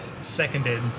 Seconded